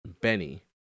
benny